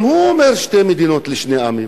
גם הוא אומר "שתי מדינות לשני עמים",